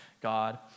God